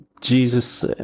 jesus